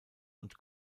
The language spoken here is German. und